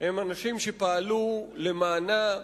הם אנשים שפעלו למענה,